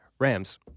Rams